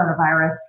coronavirus